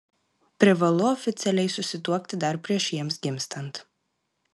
privalu oficialiai susituokti dar prieš jiems gimstant